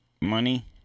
money